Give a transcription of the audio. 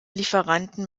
lieferanten